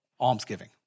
almsgiving